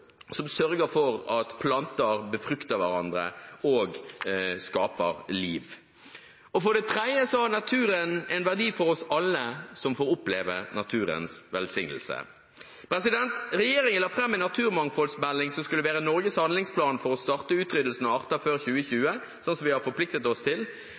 sørger for at planter befrukter hverandre og skaper liv. For det tredje har naturen en verdi for oss alle som får oppleve naturens velsignelse. Regjeringen la fram en naturmangfoldmelding som skulle være Norges handlingsplan for å stanse utryddelsen av arter før 2020, sånn som vi har forpliktet oss til.